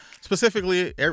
specifically